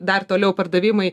dar toliau pardavimai